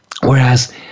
Whereas